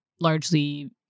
largely